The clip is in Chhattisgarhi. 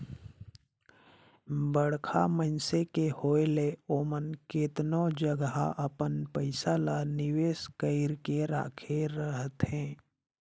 बड़खा मइनसे के होए ले ओमन केतनो जगहा अपन पइसा ल निवेस कइर के राखे रहथें